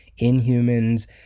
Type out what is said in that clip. Inhumans